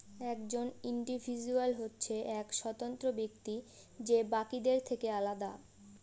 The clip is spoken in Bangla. একজন ইন্ডিভিজুয়াল হচ্ছে এক স্বতন্ত্র ব্যক্তি যে বাকিদের থেকে আলাদা